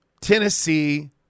Tennessee